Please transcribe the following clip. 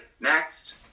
next